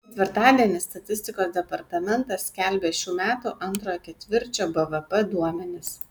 ketvirtadienį statistikos departamentas skelbia šių metų antrojo ketvirčio bvp duomenis